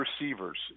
receivers